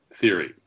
theory